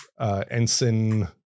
Ensign